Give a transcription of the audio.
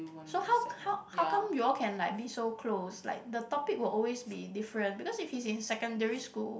so how how how come you all can like be so close like the topic will always be different because if he's in secondary school